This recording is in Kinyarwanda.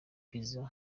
pizza